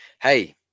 hey